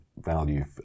value